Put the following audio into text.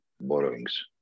borrowings